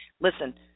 Listen